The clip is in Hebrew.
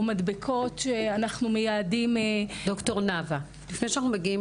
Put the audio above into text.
או מדבקות שאנחנו מייעדים --- לפני שאנחנו מגיעים